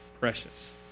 precious